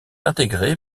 intégré